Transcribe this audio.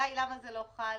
גיא, למה זה לא חל?